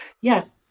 yes